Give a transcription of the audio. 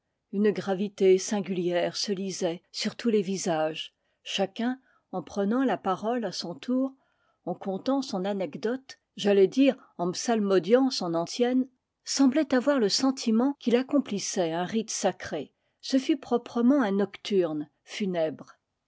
une gravité singulière se lisait sur tous les visages chacun en prenant la parole à son tour en contant son anecdote j'allais dire en psalmodiant son antienne semblait avoir le sentiment qu'il accomplissait un rite sacré ce fut proprement un nocturne funèbre